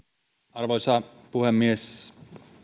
arvoisa puhemies